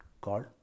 called